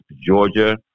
Georgia